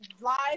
live